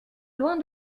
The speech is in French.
loin